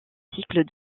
cycle